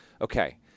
Okay